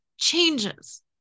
changes